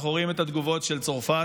אנחנו רואים את התגובות של צרפת,